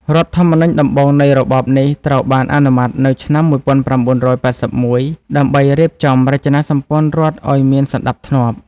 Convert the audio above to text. រដ្ឋធម្មនុញ្ញដំបូងនៃរបបនេះត្រូវបានអនុម័តនៅឆ្នាំ ១៩៨១ ដើម្បីរៀបចំរចនាសម្ព័ន្ធរដ្ឋឱ្យមានសណ្តាប់ធ្នាប់។